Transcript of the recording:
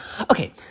Okay